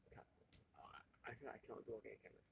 okay lah I I feel like I cannot do organic chem eh